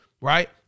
Right